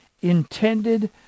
intended